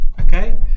okay